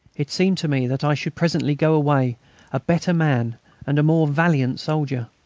it seemed to me that i should presently go away a better man and a more valiant soldier.